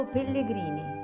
Pellegrini